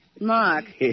Mark